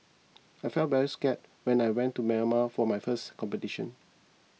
I felt very scared when I went to Myanmar for my first competition